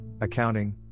accounting